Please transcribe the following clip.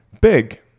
big